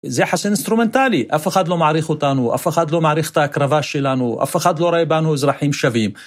זה יחס אינסטרומנטלי, אף אחד לא מעריך אותנו, אף אחד לא מעריך את ההקרבה שלנו, אף אחד לא ראה בנו אזרחים שווים.